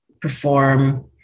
perform